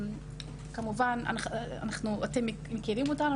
אתם מכירים אותנו,